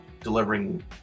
delivering